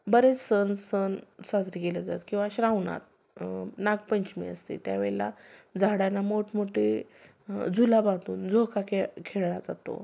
बरेच सण सण साजरी केले जात किंवा श्रावणात नागपंचमी असते त्या वेळेला झाडांना मोठमोठे झुला बांधून झोका खेळ खेळला जातो